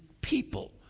people